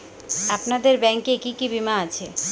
আপনাদের ব্যাংক এ কি কি বীমা আছে?